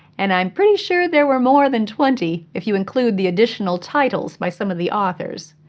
and i'm pretty sure there were more than twenty if you include the additional titles by some of the authors.